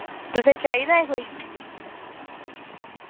तुसेंई चाहिदा ऐ कोई